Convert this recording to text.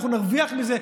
אנחנו נרוויח מזה.